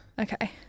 Okay